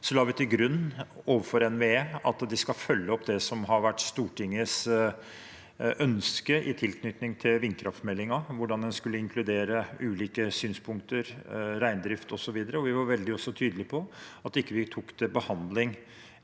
la vi til grunn overfor NVE at de skal følge opp det som har vært Stortingets ønske i tilknytning til vindkraftmeldingen, om hvordan en skulle inkludere ulike synspunkter, reindrift osv. Vi var også veldig tydelige på at vi ikke tok til konsesjonsbehandling